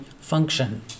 function